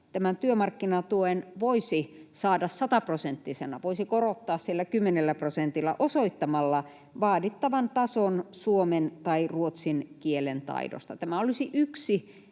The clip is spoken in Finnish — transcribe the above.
työmarkkinatuen voisi saada sataprosenttisena, voisi korottaa sillä kymmenellä prosentilla, osoittamalla vaadittavan tason suomen tai ruotsin kielen taidosta. Tämä olisi yksi